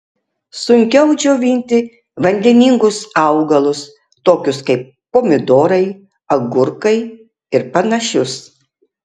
sunkiau džiovinti vandeningus augalus tokius kaip pomidorai agurkai ir panašius